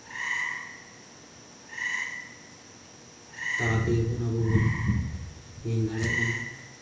ᱛᱟᱞᱟ ᱛᱮᱜᱮ ᱵᱚᱱ ᱟᱵᱚᱵᱚᱱ ᱧᱮᱞ ᱫᱟᱲᱮᱭᱟᱜ ᱠᱟᱱᱟ